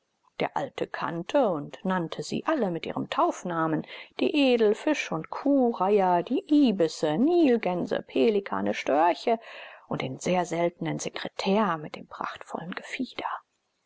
der alte kannte und nannte sie alle mit ihrem taufnamen die edel fisch und kuhreiher die ibisse nilgänse pelikane störche und den sehr seltenen sekretär mit dem prachtvollen gefieder